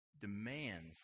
demands